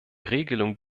regelung